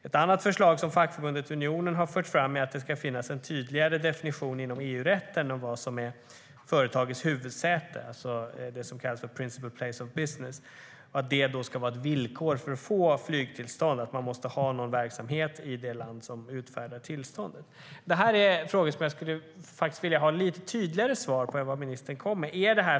Ett annat förslag som fackförbundet Unionen fört fram är att det inom EU-rätten ska finnas en tydligare definition av vad som är företagets huvudsäte, alltså det som kallas principle place of business, och att det ska vara villkoret för att få flygtillstånd. Bolaget måste alltså ha någon verksamhet i det land som utfärdar tillståndet. Det är frågor som jag skulle vilja ha lite tydligare svar på än de som ministern gett.